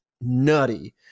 nutty